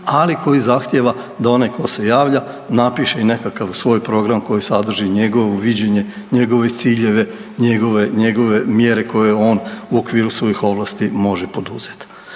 ali koji zahtijeva da onaj tko se javlja napiše i nekakav svoj program koji sadrži njegovo viđenje, njegove ciljeve, njegove mjere koje on u okviru svojih ovlasti može poduzeti.